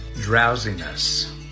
drowsiness